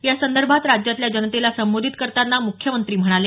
यासंदर्भात राज्यातल्या जनतेला संबोधित करतांना मुख्यमंत्री म्हणाले